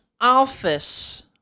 Office